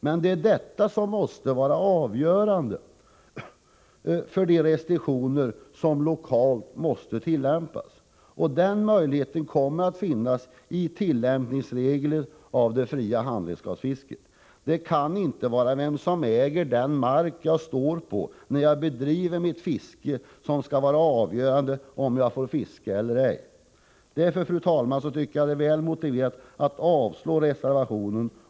Men det är detta som måste vara avgörande för de restriktioner som lokalt måste tillämpas. Och den möjligheten kommer att finnas i tillämpningsreglerna för det fria handredskapsfisket. Det skall inte vara den som äger marken jag står på när jag bedriver mitt fiske som skall avgöra om jag får fiska eller inte. Därför, fru talman, tycker jag att det är väl motiverat att avslå reservationen.